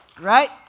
Right